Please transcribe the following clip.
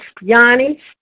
Yanni